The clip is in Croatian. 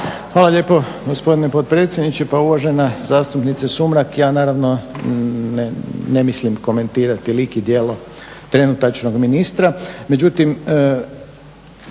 Hvala lijepo gospodine potpredsjedniče. Pa uvažena zastupnice Sumrak ja naravno ne mislim komentirati lik i djelo trenutačnog ministra,